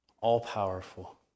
all-powerful